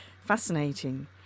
fascinating